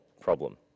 problem